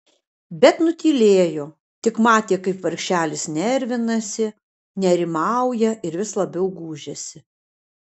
bet nutylėjo tik matė kaip vargšelis nervinasi nerimauja ir vis labiau gūžiasi